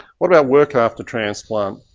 what about work after transplant?